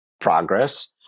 progress